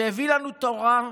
שהביא לנו תורה,